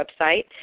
website